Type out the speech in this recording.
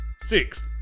Sixth